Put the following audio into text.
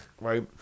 right